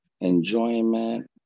enjoyment